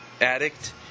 addict